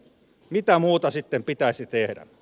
mitä muuta sitten pitäisi tehdä